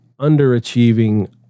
underachieving